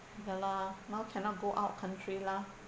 ya lah now cannot go out country lah